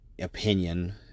opinion